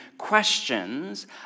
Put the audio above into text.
questions